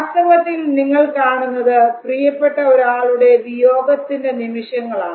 വാസ്തവത്തിൽ നിങ്ങൾ കാണുന്നത് പ്രിയപ്പെട്ട ഒരാളുടെ വിയോഗത്തിന്റെ നിമിഷങ്ങളാണ്